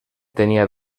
tenía